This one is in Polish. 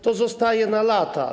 To zostaje na lata.